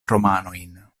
romanojn